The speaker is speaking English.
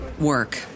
work